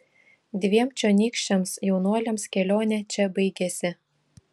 dviem čionykščiams jaunuoliams kelionė čia baigėsi